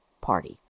party